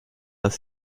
aus